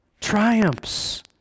triumphs